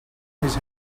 his